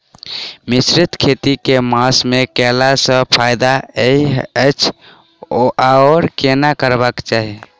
मिश्रित खेती केँ मास मे कैला सँ फायदा हएत अछि आओर केना करबाक चाहि?